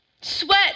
Sweat